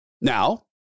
Now